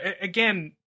again